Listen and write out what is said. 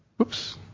Oops